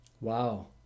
Wow